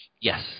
Yes